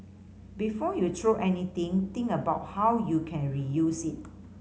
before you throw anything think about how you can reuse it